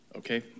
Okay